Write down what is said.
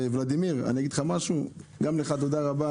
ולדימיר, גם לך תודה רבה